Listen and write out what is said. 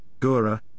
Gura